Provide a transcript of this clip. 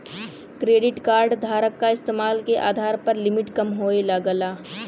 credit card धारक क इस्तेमाल के आधार पर लिमिट कम होये लगला